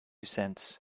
cents